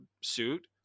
suit